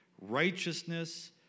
righteousness